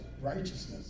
righteousness